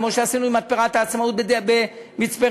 כמו שעשינו עם מתפרת "העצמאות" במצפה-רמון.